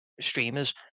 streamers